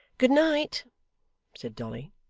good night said dolly.